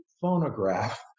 phonograph